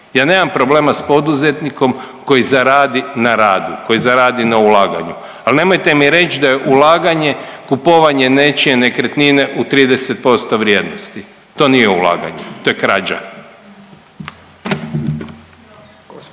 Ja nemam problema s poduzetnikom koji zaradi na radu, koji zaradi na ulaganju, al nemojte mi reć da je ulaganje kupovanje nečije nekretnine u 30% vrijednosti, to nije ulaganje, to je krađa.